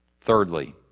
Thirdly